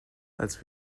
als